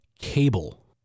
Cable